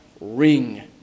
ring